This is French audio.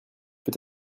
peut